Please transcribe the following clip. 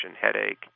headache